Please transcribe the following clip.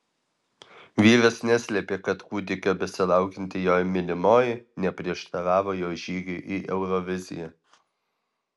vyras neslėpė kad kūdikio besilaukianti jo mylimoji neprieštaravo jo žygiui į euroviziją